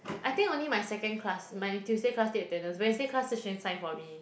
I think only my second class my Tuesday class take attendance Wednesday class Shi-Xuan sign for me